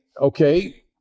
okay